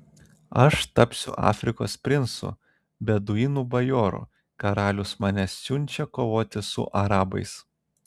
aš tapsiu afrikos princu beduinų bajoru karalius mane siunčia kovoti su arabais